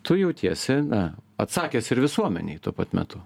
tu jautiesi na atsakęs ir visuomenei tuo pat metu